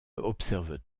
observe